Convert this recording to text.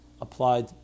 applied